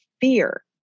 fear